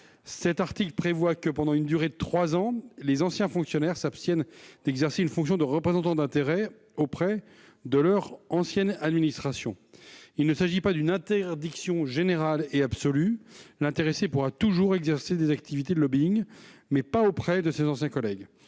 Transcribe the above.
Cet article prévoit que, pendant une durée de trois ans, les anciens fonctionnaires s'abstiennent d'exercer une fonction de représentant d'intérêts auprès de leur ancienne administration. Il ne s'agit pas d'une interdiction générale et absolue. En effet, l'intéressé pourra toujours exercer des activités de lobbying ; seulement, il ne pourra